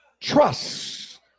trust